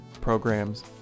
programs